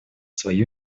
свою